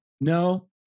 No